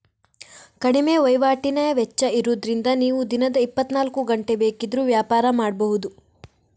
ಕಡಿಮೆ ವೈವಾಟಿನ ವೆಚ್ಚ ಇರುದ್ರಿಂದ ನೀವು ದಿನದ ಇಪ್ಪತ್ತನಾಲ್ಕು ಗಂಟೆ ಬೇಕಿದ್ರೂ ವ್ಯಾಪಾರ ಮಾಡ್ಬಹುದು